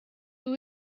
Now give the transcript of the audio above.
who